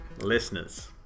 listeners